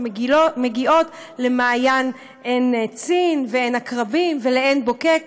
שמגיעות למעין עין צין ועין עקרבים ועין בוקק,